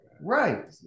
Right